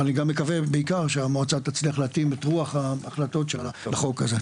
אני גם מקווה בעיקר שהמועצה תצליח להתאים את רוח ההחלטות שלה לחוק הזה.